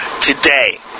today